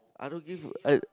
I don't give a I